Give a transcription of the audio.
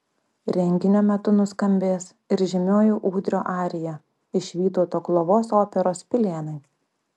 renginio metu nuskambės ir žymioji ūdrio arija iš vytauto klovos operos pilėnai